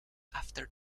after